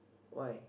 why